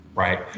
right